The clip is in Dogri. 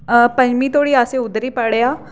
पंजमी धोड़ी अस उद्धरी पढ़ेआ